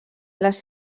les